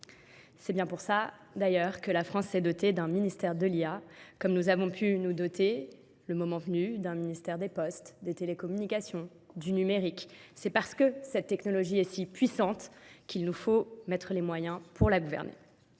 C'est bien pour ça d'ailleurs que la France s'est dotée d'un ministère de l'IA, comme nous avons pu nous doter le moment venu d'un ministère des postes, des télécommunications, du numérique. C'est parce que cette technologie est si puissante qu'il nous faut mettre les moyens pour la gouverner.